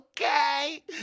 Okay